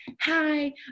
hi